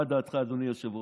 מה דעתך, אדוני היושב-ראש?